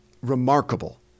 remarkable